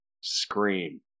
scream